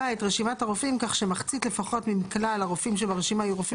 את רשימת הרופאים כך שמחצית לפחות מכלל הרופאים שברשימה יהיו רופאים